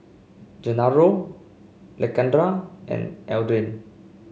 Gennaro Lakendra and Adrain